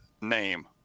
name